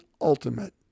ultimate